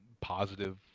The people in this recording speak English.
positive